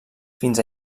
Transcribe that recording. fins